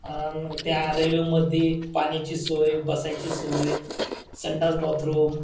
आणि त्या रेल्वेमध्ये पाण्याची सोय बसायची सोय संडास बाथरूम